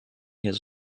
his